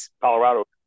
Colorado